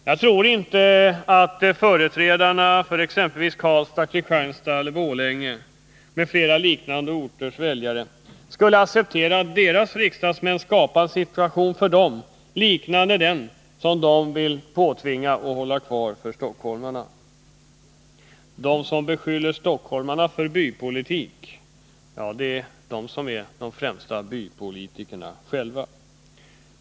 Jag tror inte att företrädarna för exempelvis Karlstad, Kristianstad, Borlänge m.fl. liknande orters väljare skulle acceptera att deras riksdagsmän skapade en situation för dem liknande den som de vill påtvinga stockholmarna. De som beskyller stockholmarna för bypolitik är själva de främsta bypolitikerna.